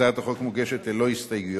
הצעת החוק מוגשת ללא הסתייגויות,